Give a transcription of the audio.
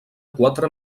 quatre